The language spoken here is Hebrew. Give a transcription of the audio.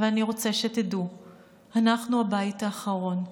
אבל אני רוצה שתדעו שאנחנו הבית האחרון.